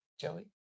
Joey